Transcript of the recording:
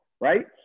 right